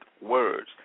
words